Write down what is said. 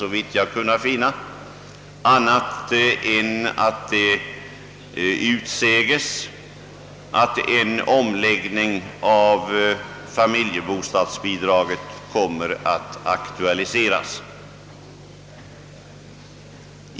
Såvitt jag har kunnat finna säges där endast, att en omläggning av familjebostadsbidraget kommer att aktualiseras.